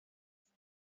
است